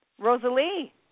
Rosalie